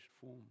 form